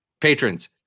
patrons